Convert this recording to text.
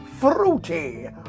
fruity